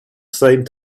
same